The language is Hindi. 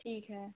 ठीक है